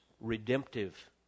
redemptive